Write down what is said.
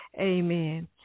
Amen